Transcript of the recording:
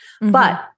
But-